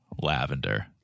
Lavender